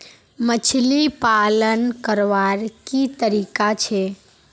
मछली पालन करवार की तरीका छे?